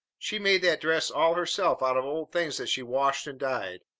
she made that dress all herself out of old things that she washed and dyed.